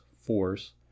force